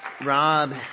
Rob